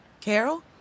Carol